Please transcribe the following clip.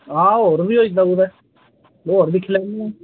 हां होर बी होई दा कुतै होर दिक्खी लैनेआं